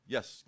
Yes